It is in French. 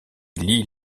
lie